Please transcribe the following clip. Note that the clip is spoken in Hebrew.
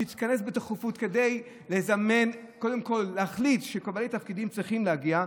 שהיא תתכנס בדחיפות קודם כול כדי להחליט שקובעי תפקידים צריכים להגיע,